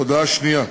הודעה שנייה: